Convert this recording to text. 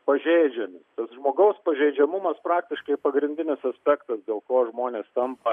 pažeidžiami žmogaus pažeidžiamumas praktiškai pagrindinis aspektas dėl ko žmonės tampa